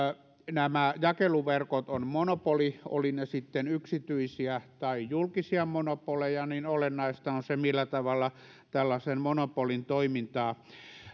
nämä jakeluverkot ovat monopoli olivat ne sitten yksityisiä tai julkisia monopoleja niin siinähän on joka tapauksessa olennaista se millä tavalla tällaisen monopolin toimintaa